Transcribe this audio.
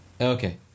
Okay